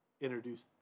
introduced